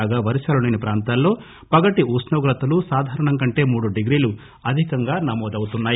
కాగా వర్షాలు లేని ప్రాంతాల్లో పగటి ఉష్ణోగ్రతలు సాధారణం కంటే మూడు డిగ్రీలు అధికంగా నమోదమవుతున్నాయి